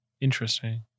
Interesting